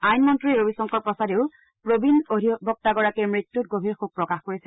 আইনমন্ত্ৰী ৰবিশংকৰ প্ৰসাদেও প্ৰবীণ অধিবক্তাগৰাকীৰ মৃত্যুত গভীৰ শোক প্ৰকাশ কৰিছে